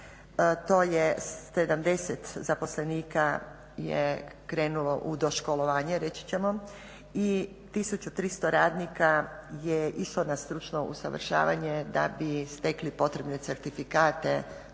To je 70 zaposlenika je krenulo u doškolovanje reći ćemo i 1300 radnika je išlo na stručno usavršavanje da bi stekli potrebne certifikate za